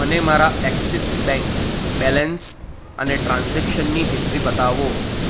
મને મારા Axis bank balance અને ટ્રાન્ઝેક્શનની હિસ્ટ્રી બતાવો